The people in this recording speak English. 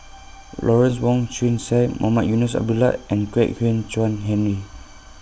Lawrence Wong Shyun Tsai Mohamed Eunos Abdullah and Kwek Hian Chuan Henry